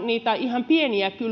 niitä ihan pieniä